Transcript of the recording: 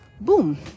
Boom